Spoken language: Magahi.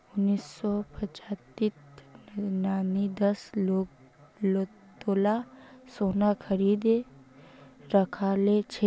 उन्नीस सौ पचासीत नानी दस तोला सोना खरीदे राखिल छिले